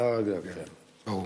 הצעה רגילה, ברור.